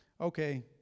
Okay